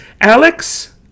Alex